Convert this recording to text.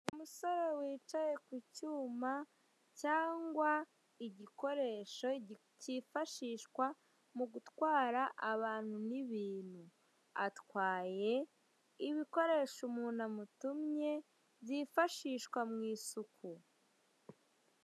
Umusore wicaye ku cyuma cyangwa igikoresho cyifashishwa mu gutwara abantu n'ibintu, atwaye ibikoresho umuntu amutumye byifashishwa mu isuku.